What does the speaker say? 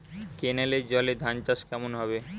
কেনেলের জলে ধানচাষ কেমন হবে?